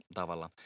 tavalla